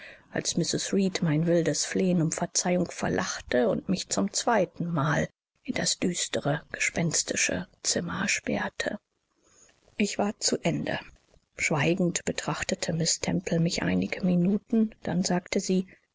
als mrs reed mein wildes flehen um verzeihung verlachte und mich zum zweitenmal in das düstere gespenstische zimmer sperrte ich war zu ende schweigend betrachtete miß temple mich einige minuten dann sagte sie